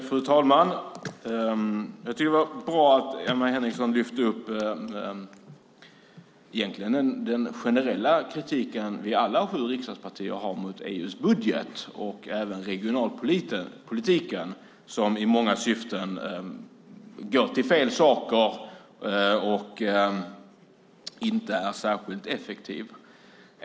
Fru talman! Det var bra att Emma Henriksson lyfte upp den generella kritik vi i alla sju riksdagspartier har mot EU:s budget och även regionalpolitiken, som i många avseenden riktar sig mot fel saker och inte är särskilt effektiv.